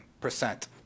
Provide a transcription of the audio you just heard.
percent